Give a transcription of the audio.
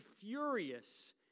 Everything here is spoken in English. furious